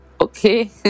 okay